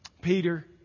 Peter